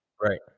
right